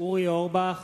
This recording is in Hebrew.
אורי אורבך,